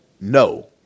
no